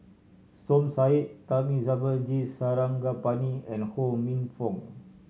Som Said Thamizhavel G Sarangapani and Ho Minfong